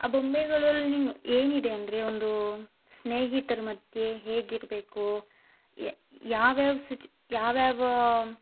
ಆ ಬೊಂಬೆಗಳಲ್ಲಿ ಏನಿದೆ ಅಂದರೆ ಒಂದು ಸ್ನೇಹಿತರ ಮಧ್ಯೆ ಹೇಗಿರಬೇಕು ಯಾವ್ಯಾವ ಸಿಚ್ ಯಾವ ಯಾವ